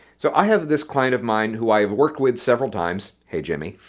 so i have this client of mine who i've worked with several times, hey jimmy,